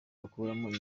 bakuramo